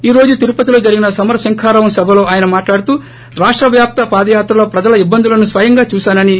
ఈ రోజు తిరుపతిలో జరిగిన సమర శంఖారావం సభలో అయన మాట్లాడుతూ రాష్ట్రవ్యాప్త పాదయాత్రలో ప్రజల ఇబ్బందులను స్వయంగా చూశానని